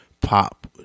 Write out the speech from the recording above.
pop